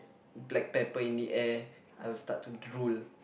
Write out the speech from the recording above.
black pepper in the air I will start to drool